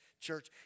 Church